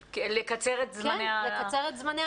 כן, לקצר את זמני ההמתנה.